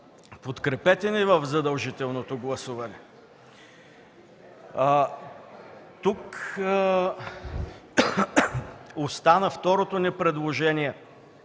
подкрепете ни в задължителното гласуване. Тук остана второто ни предложение,